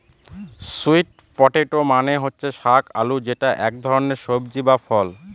sweet potato মানে হচ্ছে শাক আলু যেটা এক ধরনের সবজি বা ফল